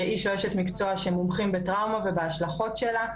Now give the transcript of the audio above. או אשת מקצוע שמומחים בטראומה ובהשלכות שלה,